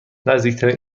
نزدیکترین